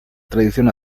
tradición